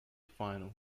final